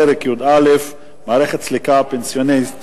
פרק י"א: מערכת סליקה פנסיונית.